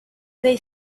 they